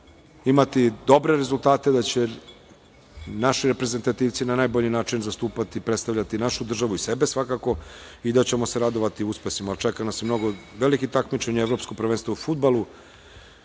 imati dobre rezultate, da će naši reprezentativci na najbolji način zastupati i predstavljati našu državu i sebe, svakako i da ćemo se radovati uspesima. Čeka nas i mnogo velikih takmičenja, Evropsko prvenstvo u fudbalu,